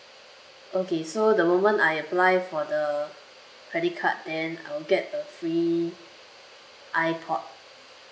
okay so the moment I apply for the credit card then I will get a free ipod